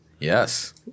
Yes